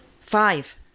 Five